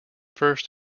first